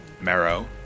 Marrow